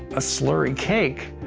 a slurry cake,